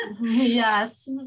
yes